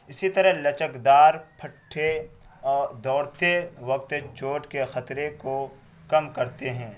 اسی طرح لچک دار پٹھے اور دوڑتے وقت چوٹ کے خطرے کو کم کرتے ہیں